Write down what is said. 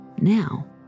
Now